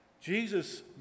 Jesus